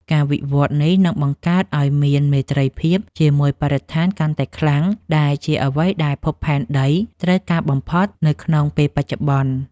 ការវិវត្តនេះនឹងបង្កើតឱ្យមានមេត្រីភាពជាមួយបរិស្ថានកាន់តែខ្លាំង ដែលជាអ្វីដែលភពផែនដីត្រូវការបំផុតនៅក្នុងពេលបច្ចុប្បន្ន។